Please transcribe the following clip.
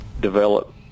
develop